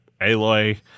Aloy